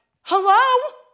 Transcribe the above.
hello